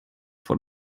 vor